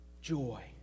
joy